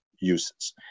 uses